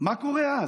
מה קורה אז?